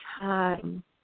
time